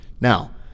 Now